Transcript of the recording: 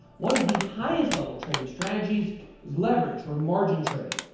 one of the highest level trading strategies is leverage or margin trading.